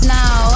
now